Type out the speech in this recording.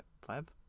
pleb